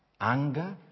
anger